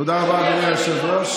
תודה רבה, אדוני היושב-ראש.